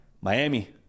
Miami